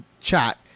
chat